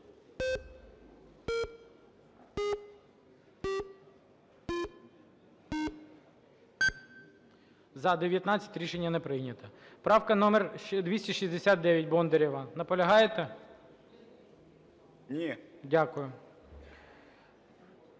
За-19 Рішення не прийнято. Правка номер 269 Бондарєва. Наполягаєте? 15:24:59